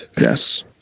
Yes